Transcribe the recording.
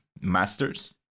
master's